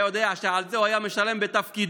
היה יודע שעל זה הוא היה משלם בתפקידו,